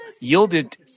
yielded